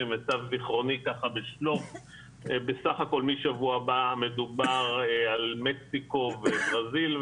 למיטב זיכרוני משבוע הבא מדובר על מקסיקו וברזיל,